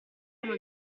uno